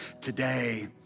today